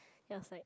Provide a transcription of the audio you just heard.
then I was like